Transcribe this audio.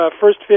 first